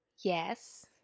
yes